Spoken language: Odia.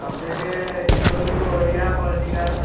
subject economic Odia political